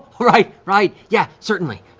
oh, right, right, yeah, certainly.